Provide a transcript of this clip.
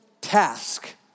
task